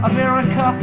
America